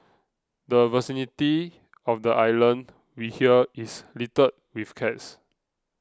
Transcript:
the vicinity of the island we hear is littered with cats